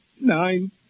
nine